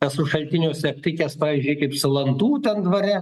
esu šaltiniuose aptikęs pavyzdžiui kaip salantų ten dvare